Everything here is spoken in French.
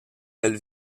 elle